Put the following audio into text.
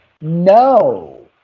No